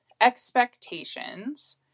expectations